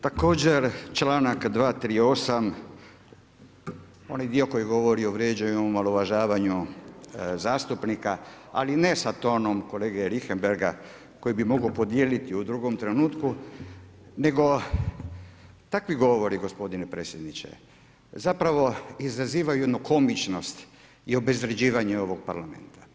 Također članak 238. onaj dio koji govori o vrijeđanju, omalovažavanju zastupnika, ali ne sa tonom kolege Richembergha koji bi mogao podijeliti u drugom trenutku, nego takvi govori gospodine predsjedniče, zapravo izazivaju jednu komičnost i obezvrjeđivanje ovog Parlamenta.